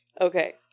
okay